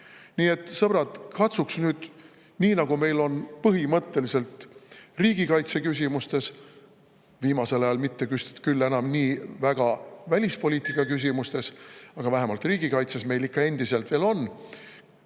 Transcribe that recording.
Nii et, sõbrad, katsuks nüüd nii, nagu meil põhimõtteliselt on riigikaitse küsimustes – viimasel ajal mitte vist küll enam nii väga välispoliitika küsimustes, aga vähemalt riigikaitses on meil veel endiselt üsna